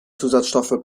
zusatzstoffe